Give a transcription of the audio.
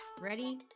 Ready